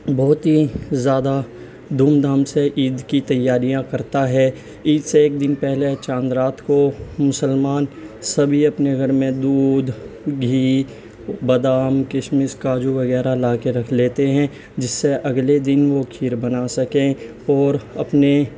بہت ہی زیادہ دھوم دھام سے عید کی تیاریاں کرتا ہے عید سے ایک دن پہلے چاند رات کو مسلمان سبھی اپنے گھر میں دودھ گھی بادام کشمش کاجو وغیرہ لا کے رکھ لیتے ہیں جس سے اگلے دن وہ کھیر بنا سکیں اور اپنے